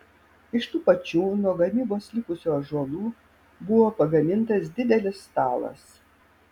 iš tų pačių nuo gamybos likusių ąžuolų buvo pagamintas didelis stalas